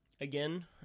again